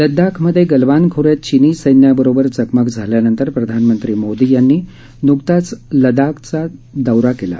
लद्दाखमधे गलवान खोऱ्यात चीनी सैन्याबरोबर चकमक झाल्यानंतर प्रधानमंत्री मोदी यांनी न्कताच लद्दाखचा दौरा केला